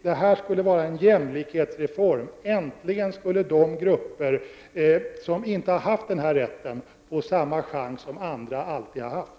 Det här skulle vara en jämlikhetsform: Äntligen skulle de grupper som inte har haft den här rätten få samma chans som andra alltid har haft.